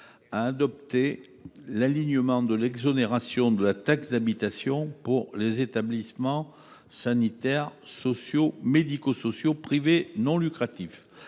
a adopté l’alignement de l’exonération de la taxe d’habitation pour les établissements sanitaires, sociaux et médico sociaux privés non lucratifs,